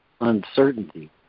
uncertainty